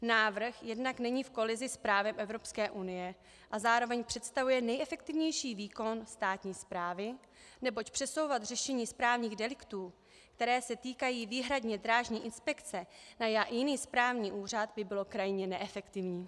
Návrh jednak není v kolizi s právem Evropské unie a zároveň představuje nejefektivnější výkon státní správy, neboť přesouvat řešení správních deliktů, které se týkají výhradně Drážní inspekce, na jiný správní úřad by bylo krajně neefektivní.